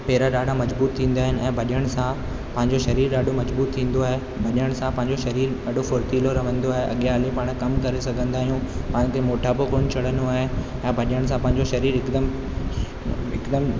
पेर ॾाढा मजबूत थींदा आहिनि ऐं भॼण सां पंहिंजो शरीर ॾाढो मजबूत थींदो आहे भॼण सां पंहिंजो शरीर ॾाढो फुर्तीलो रहंदो आहे ऐं अॻियां हली पाण कमु करे सघंदा आहियूं पाण ते मोटापो कोन्ह चढ़ंदो आहे ऐं भॼण सां पंहिंजो शरीर हिकदमि हिकदमि